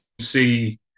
see